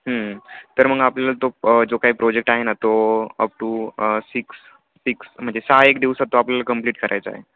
तर मग आपल्याला तो जो काही प्रोजेक्ट आहे ना तो अप टू सिक्स सिक्स म्हणजे सहा एक दिवसात तो आपल्याला कंप्लीट करायचा आहे